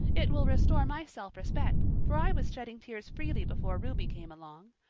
it will restore my self-respect, for i was shedding tears freely before ruby came along.